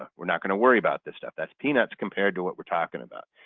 ah we're not going to worry about this stuff, that's peanuts compared to what we're talking about.